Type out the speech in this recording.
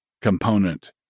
component